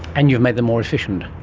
and you've made them more efficient.